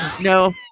no